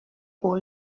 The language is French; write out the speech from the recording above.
pour